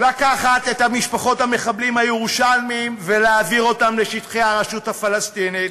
לקחת את משפחות המחבלים הירושלמים ולהעביר אותן לשטחי הרשות הפלסטינית,